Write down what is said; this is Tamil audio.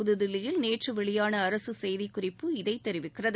புதுதில்லியில் நேற்று வெளியான அரசு செய்தி குறிப்பு இதை தெரிவிக்கிறது